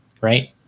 Right